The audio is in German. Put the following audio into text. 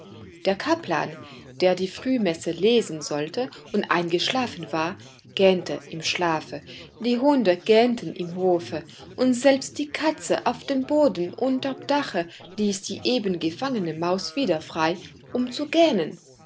der kaplan der die frühmesse lesen sollte und eingeschlafen war gähnte im schlafe die hunde gähnten im hofe und selbst die katze auf dem boden unterm dache ließ die eben gefangene maus wieder frei um zu gähnen